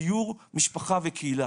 דיור משפחה וקהילה.